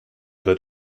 wird